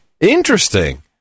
Interesting